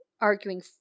arguing